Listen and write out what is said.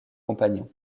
compagnons